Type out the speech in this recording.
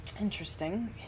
interesting